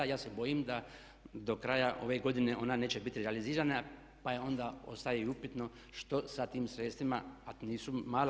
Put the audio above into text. Ja se bojim da do kraja ove godine ona neće biti realizirana, pa onda ostaje i upitno što sa tim sredstvima ako nisu mala.